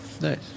Nice